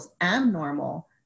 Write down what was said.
abnormal